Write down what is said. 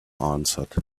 answered